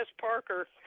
Parker